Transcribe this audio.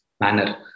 manner